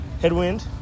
headwind